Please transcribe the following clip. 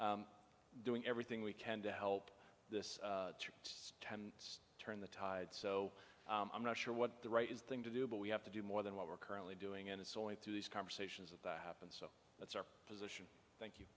it's doing everything we can to help this true turned the tide so i'm not sure what the right thing to do but we have to do more than what we're currently doing and it's only through these conversations of that happens so that's our position thank you